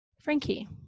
Frankie